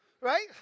right